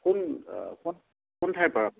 কোন কোন কোন ঠাইৰপৰা